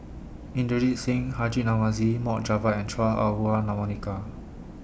Inderjit Singh Haji Namazie Mohd Javad and Chua Ah Huwa Monica